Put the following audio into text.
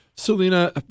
Selena